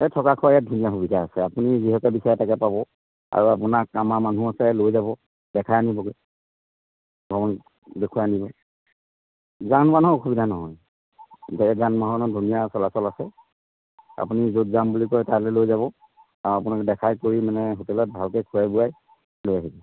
এই থকা খোৱা ইয়াত ধুনীয়া সুবিধা আছে আপুনি যিহকে বিচাৰে তাকে পাব আৰু আপোনাক আমাৰ মানুহ আছে লৈ যাব দেখাই আনিবগৈ ভ্ৰমণ দেখুৱাই আনিব যান বাহনৰ অসুবিধা নহয় গাড়ী যান বাহনৰ ধুনীয়া চলাচল আছে আপুনি য'ত যাম বুলি কয় তালৈ লৈ যাব আৰু আপোনাক দেখাই কৰি মানে হোটেলত ভালকৈ খুৱাই বুৱাই লৈ আহিব